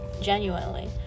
genuinely